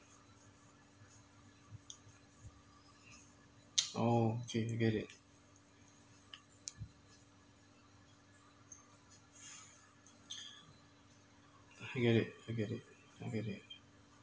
oh okay I get it I get it I get it I get it